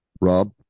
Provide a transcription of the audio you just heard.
Rob